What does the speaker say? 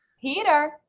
Peter